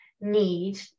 need